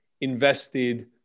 invested